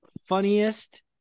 funniest